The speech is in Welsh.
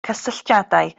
cysylltiadau